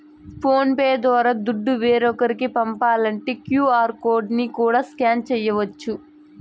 phone pay ద్వారా దుడ్డు వేరోకరికి పంపాలంటే క్యూ.ఆర్ కోడ్ ని కూడా స్కాన్ చేయచ్చు